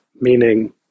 meaning